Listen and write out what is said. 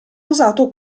usato